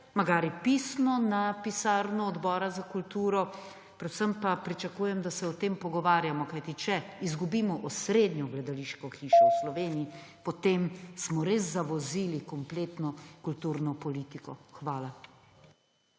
četudi pisno na pisarno Odbora za kulturo, predvsem pa pričakujem, da se o tem pogovarjamo. Kajti če izgubimo osrednjo gledališko hišo v Sloveniji, potem smo res konkretno zavozili kulturno politiko. Hvala.